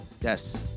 Yes